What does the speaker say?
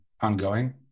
ongoing